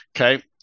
okay